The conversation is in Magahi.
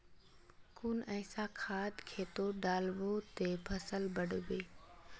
कुन ऐसा खाद खेतोत डालबो ते फसल बढ़बे?